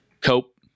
Cope